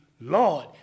Lord